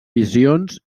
visions